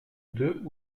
deux